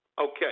Okay